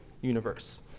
universe